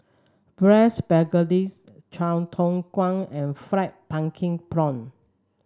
braise Chai Tow Kuay and fried pumpkin prawn